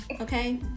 okay